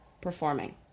performing